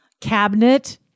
cabinet